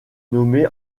nommée